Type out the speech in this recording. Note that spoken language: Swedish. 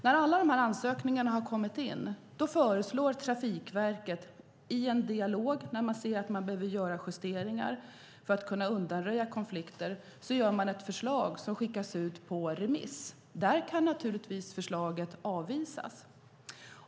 När alla dessa ansökningar har kommit in gör Trafikverket, i en dialog när man ser att man behöver göra justeringar för att kunna undanröja konflikter, ett förslag som skickas ut på remiss. Där kan naturligtvis förslaget avvisas.